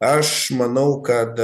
aš manau kad